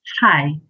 Hi